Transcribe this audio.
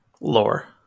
lore